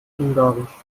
ungarisch